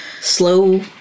slow